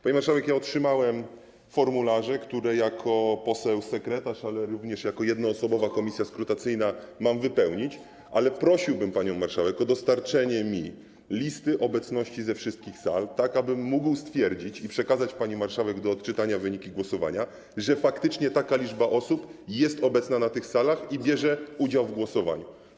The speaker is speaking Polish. Pani marszałek, otrzymałem formularze, które jako poseł sekretarz, lecz również jako jednoosobowa komisja skrutacyjna mam wypełnić, ale prosiłbym panią marszałek o dostarczenie mi listy obecności ze wszystkich sal, tak abym mógł stwierdzić - i przekazać pani marszałek do odczytania wyniki głosowania - że faktycznie taka liczba osób jest obecna w tych salach i bierze udział w głosowaniu.